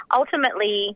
ultimately